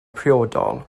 priodol